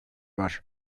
var